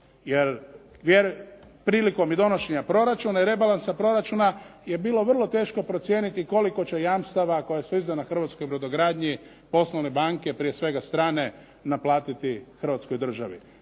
jer prilikom i donošenja proračuna i rebalansa proračuna je bilo vrlo teško procijeniti koliko će jamstava koja su izdana hrvatskoj brodogradnji, poslovne banke prije svega strane naplatiti Hrvatskoj državi.